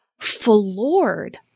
floored